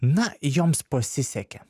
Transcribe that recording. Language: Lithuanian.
na joms pasisekė